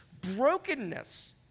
brokenness